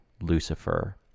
Lucifer